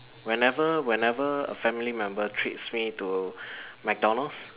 whenever whenever a family member treats me to McDonalds